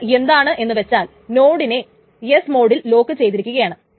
ഇത് എന്താണ് എന്ന് വെച്ചാൽ നോഡിനെ S മോഡിൽ ലോക്ക് ചെയ്തിരിക്കുകയാണ്